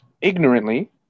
ignorantly